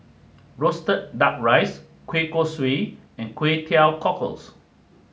Roasted Duck Rice Kueh Kosui and Kway Teow Cockles